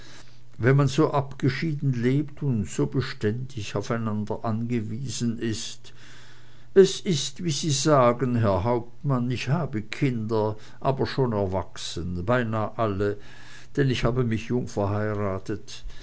wenn man so abgeschieden lebt und so beständig aufeinander angewiesen ist es ist wie sie sagen herr hauptmann ich habe kinder aber schon erwachsen beinah alle denn ich habe mich jung verheiratet